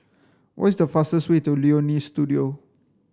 what is the fastest way to Leonie Studio